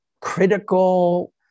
critical